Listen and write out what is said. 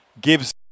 gives